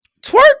Twerk